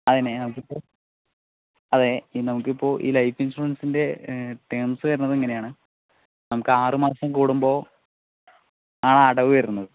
അത് തന്നെ അതിപ്പോൾ നമുക്കിപ്പോൾ ഈ ലൈഫ് ഇൻഷുറൻസിൻ്റെ ടെംസ് വരുന്നത് ഇങ്ങനെയാണ് നമുക്ക് ആറ് മാസം കൂടുമ്പോൾ ആണ് അടവ് വരുന്നത്